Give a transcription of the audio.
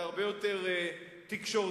זה הרבה יותר תקשורתי,